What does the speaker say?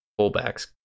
fullbacks